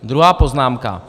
Druhá poznámka.